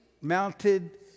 mounted